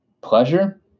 Pleasure